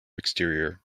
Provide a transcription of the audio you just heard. exterior